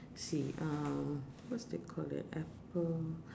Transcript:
see um what's they call it apple